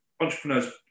entrepreneurs